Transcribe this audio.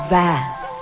vast